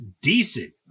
decent